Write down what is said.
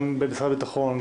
גם במשרד הביטחון,